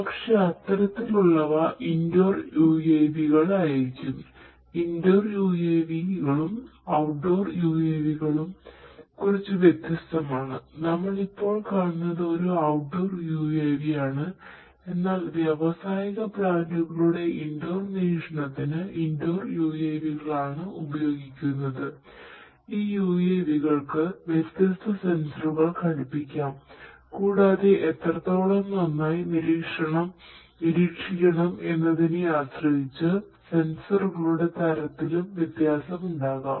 പക്ഷെ അത്തരത്തിലുള്ളവ indoor UAV ഘടിപ്പിക്കാം കൂടാതെ എത്രത്തോളം നന്നായി നിരീക്ഷിക്കണം എന്നതിനെ ആശ്രയിച്ച് സെൻസറുകളുടെ തരത്തിലും വ്യത്യാസം ഉണ്ടാകാം